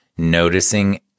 noticing